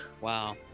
Wow